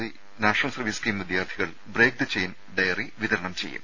E national service scheme വിദ്യാർത്ഥികൾ break the chain diary വിതരണം ചെയ്യും